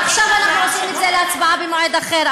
עכשיו אנחנו עושים את זה להצבעה במועד אחר,